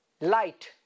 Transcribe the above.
Light